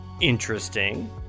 Interesting